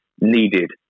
needed